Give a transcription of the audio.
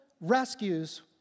rescues